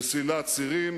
לסלילת צירים,